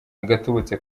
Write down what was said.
agatubutse